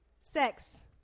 Sex